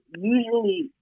usually